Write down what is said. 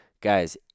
guys